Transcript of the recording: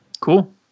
cool